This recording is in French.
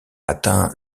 atteint